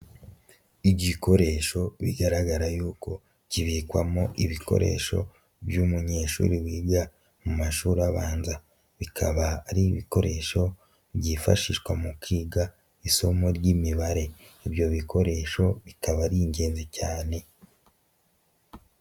Igikoresho bigaragara yuko kibikwamo ibikoresho by'umunyeshuri wiga mu mashuri abanza, bikaba ari ibikoresho byifashishwa mu kwiga isomo ry'imibare, ibyo bikoresho bikaba ari ingenzi cyane.